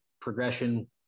progression